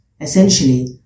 Essentially